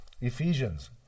Ephesians